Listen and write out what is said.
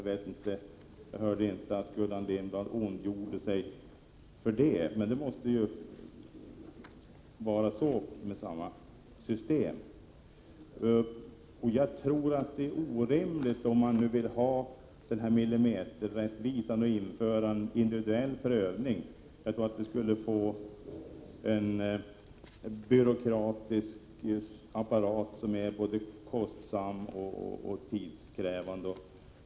Jag hörde dock inte att Gullan Lindblad ondgjorde sig över detta. Jag tror att det är orimligt, om man nu vill ha en millimeterrättvisa, att införa en individuell prövning. Vi skulle få en byråkratisk apparat som är både kostsam och tidskrävande.